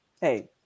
Hey